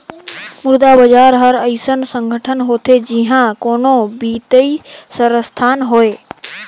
मुद्रा बजार हर अइसन संगठन होथे जिहां कोनो बित्तीय संस्थान होए